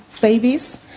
babies